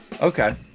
Okay